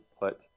put